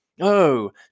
Oh